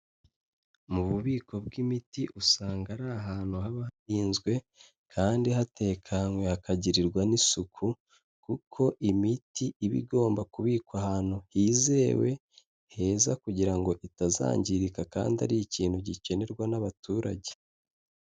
Mu bubiko bw'imiti usanga ari ahantu haba harinzwe kandi hatekanye hakagirirwa n'isuku kuko imiti iba igomba kubikwa ahantu hizewe heza, kugira ngo itazangirika kandi ari ikintu gikenerwa n'abaturage.